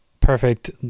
perfect